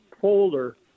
folder